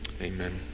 amen